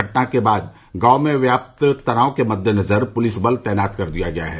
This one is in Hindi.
घटना के बाद गांव में व्याप्त तनाव के मद्देनजर पुलिस बल तैनात कर दिया गया है